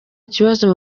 kibazo